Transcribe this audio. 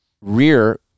rear